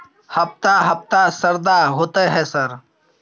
हफ्ता हफ्ता शरदा होतय है सर?